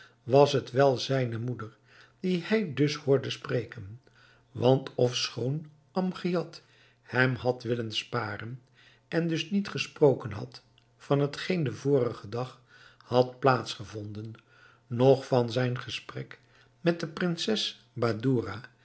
was het wel zijne moeder die hij dus hoorde spreken want ofschoon amgiad hem had willen sparen en dus niet gesproken had van hetgeen den vorigen dag had plaats gevonden noch van zijn gesprek met de prinses badoura